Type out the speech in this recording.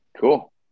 Cool